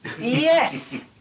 Yes